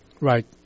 Right